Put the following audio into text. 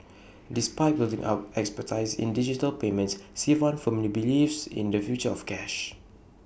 despite building up expertise in digital payments Sivan firmly believes in the future of cash